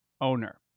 owner